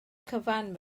cyfan